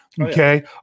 Okay